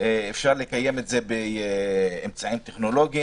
אפשר לקיים את זה באמצעות טכנולוגיים,